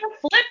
flip